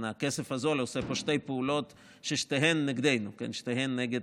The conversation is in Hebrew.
הכסף הזול עושה פה שתי פעולות ששתיהן נגדנו, נגד